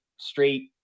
straight